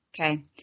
Okay